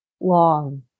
long